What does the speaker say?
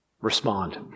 Respond